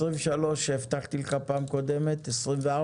הבטחתי לך פעם קודם 23, 24,